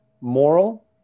moral